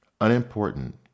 Unimportant